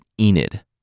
Enid